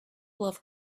love